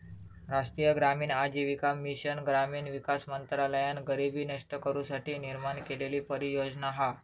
राष्ट्रीय ग्रामीण आजीविका मिशन ग्रामीण विकास मंत्रालयान गरीबी नष्ट करू साठी निर्माण केलेली परियोजना हा